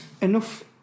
enough